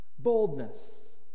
Boldness